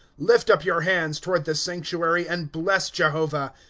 lift up your hands toward the sanctuary, and bless jehovah.